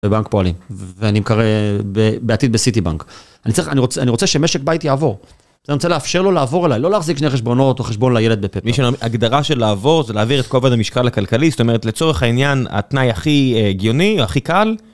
בבנק פועלים, ואני מקוה ב.. בעתיד בסיטי בנק. אני צריך, אני, אני רוצה שמשק בית יעבור. בסדר? אני רוצה לאפשר לו לעבור אליי, לא להחזיק שני חשבונות או חשבון לילד בפפר. ההגדרה של לעבור זה להעביר את כובד המשקל הכלכלי, זאת אומרת לצורך העניין, התנאי הכי הגיוני או הכי קל,